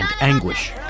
anguish